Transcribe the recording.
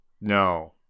No